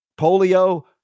Polio